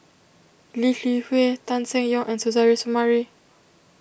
Lee Li Hui Tan Seng Yong and Suzairhe Sumari